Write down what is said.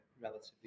relatively